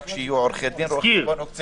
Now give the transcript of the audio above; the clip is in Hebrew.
שיהיו רק עורכי דין או רואי חשבון או קציני משטרה.